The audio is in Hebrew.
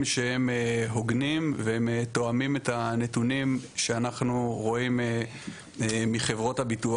שהם הוגנים ותואמים את הנתונים שאנחנו רואים מחברות הביטוח.